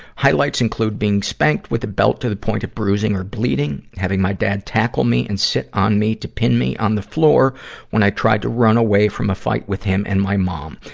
highlights include being spanked with a belt to the point of bruising or bleeding, having my dad tackle me and sit on my to pin me on the floor when i tried to run away from a fight with him and my mom,